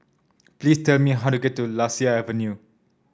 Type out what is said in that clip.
please tell me how to get to Lasia Avenue